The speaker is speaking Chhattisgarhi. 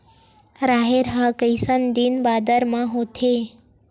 राहेर ह कइसन दिन बादर म होथे?